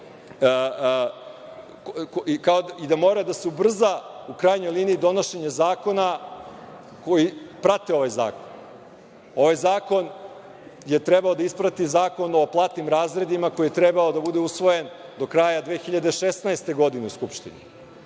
i da mora da se ubrza u krajnjoj liniji donošenje zakona koji prate ovaj zakon. Ovaj zakon je trebao da isprati Zakon o platinim razredima koji je trebao da bude usvojen do kraja 2016. godine u Skupštini.